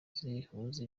zihuza